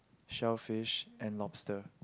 shellfish and lobster